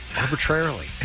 arbitrarily